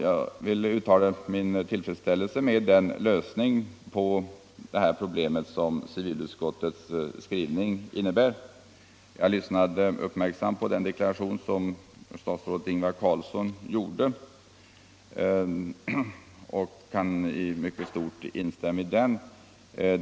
Jag vill uttala min tillfredsställelse över den lösning på problemet som civilutskottets skrivning ger. Jag lyssnade uppmärksamt till statsrådet Ingvar Carlssons deklaration, och jag kan till stora delar instämma i denna.